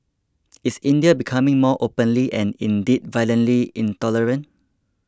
is India becoming more openly and indeed violently intolerant